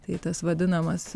tai tas vadinamas